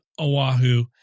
Oahu